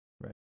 Right